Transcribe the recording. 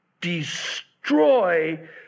destroy